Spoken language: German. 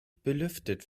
belüftet